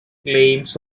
claims